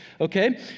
Okay